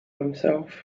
himself